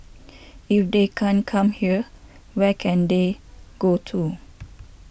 if they can't come here where can they go to